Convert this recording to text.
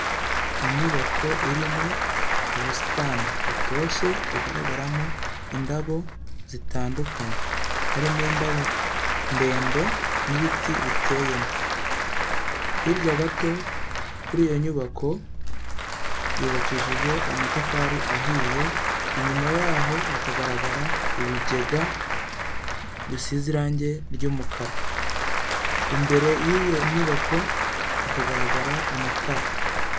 Inyubako irimo ubusitani butoshye bugaragaramo indabo zitandukanye, harimo indabo ndende n'ibiti biteyemo ,hirya gato kuri iyo nyubako yubakishije amatafari ahiye, inyuma yaho hakagaragara ibigega bisize irangi ry'umukara, imbere y'iyo nyubako hakagaragara amatara.